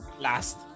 last